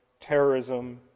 terrorism